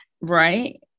right